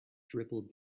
dribbled